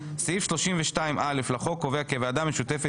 סעיף 32(א) לחוק קובע כי הוועדה המשותפת